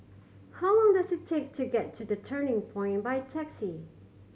how long does it take to get to The Turning Point by taxi